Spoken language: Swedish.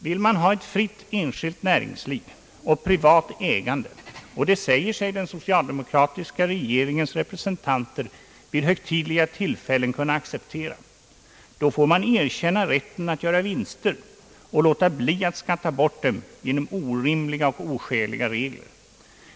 Vill man ha ett fritt enskilt näringsliv och privat ägande — och det säger sig den socialdemokratiska regeringens representanter vid högtidliga tillfällen kunna acceptera — får man erkänna rätten att göra vinster och låta bli att skatta bort dem genom orimliga och oskäliga regler.